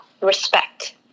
respect